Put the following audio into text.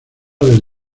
del